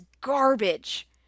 garbage